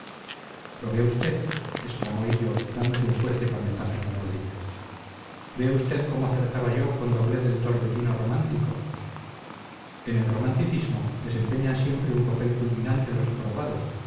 lo ve usted exclamó hillo dándose un fuerte palmetazo en la rodilla ve usted cómo acertaba yo cuando hablé del torbellino romántico en el romanticismo desempeñan siempre un papel culminante los jorobados